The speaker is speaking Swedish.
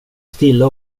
stilla